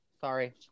Sorry